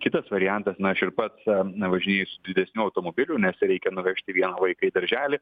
kitas variantas na aš ir pats važinėju su didesniu automobiliu nes reikia nuvežti vieną vaiką į darželį